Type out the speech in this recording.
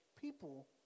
people